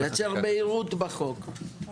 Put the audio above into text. נייצר בהירות בחוק.